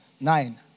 Nine